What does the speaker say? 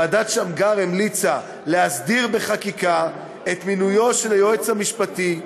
ועדת שמגר המליצה להסדיר בחקיקה את מינויו של היועץ המשפטי,